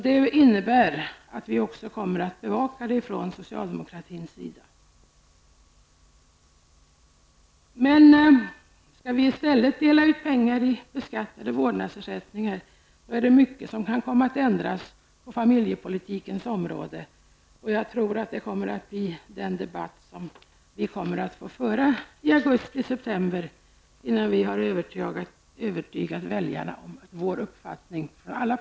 Detta innebär att vi från socialdemokratins sida kommer att bevaka denna fråga. Skall vi i stället dela ut skattepliktiga vårdnadsersättningar, är det mycket som kan komma att ändras på familjepolitikens område. Jag tror att det är den debatten som vi kommer att få föra i augusti och september, innan de olika partierna har kunnat övertyga väljarna om det riktiga i sina uppfattningar. Herr talman!